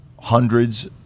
hundreds